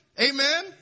Amen